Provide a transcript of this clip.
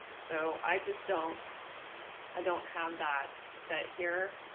so i just don't i don't have that set here.